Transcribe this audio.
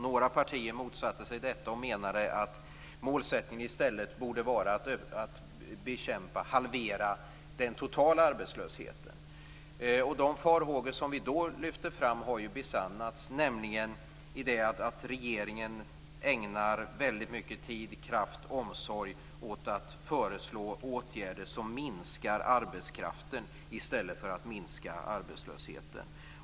Några partier motsatte sig detta och menade att målsättningen i stället borde vara att halvera den totala arbetslösheten. De farhågor som vi då lyfte fram har besannats i så måtto att regeringen ägnar väldigt mycken tid, kraft och omsorg åt att föreslå åtgärder som minskar arbetskraften i stället för att minska arbetslösheten.